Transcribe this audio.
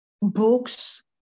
books